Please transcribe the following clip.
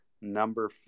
Number